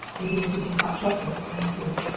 it is to be hot chocolate and soup?